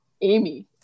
Amy